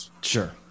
Sure